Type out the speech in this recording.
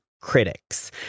critics